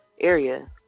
area